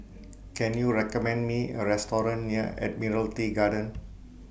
Can YOU recommend Me A Restaurant near Admiralty Garden